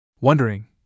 Wondering